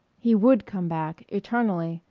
he would come back eternally.